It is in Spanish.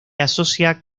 asocia